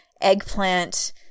eggplant